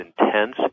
intense